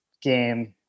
game